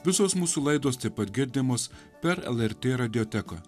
visos mūsų laidos taip pat girdimos per lrt radioteką